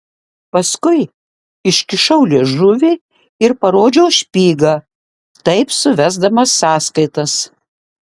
paskui iškišau liežuvį ir parodžiau špygą taip suvesdamas sąskaitas